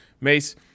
Mace